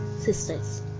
sisters